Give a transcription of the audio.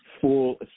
full